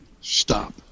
stop